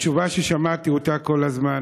התשובה ששמעתי כל הזמן: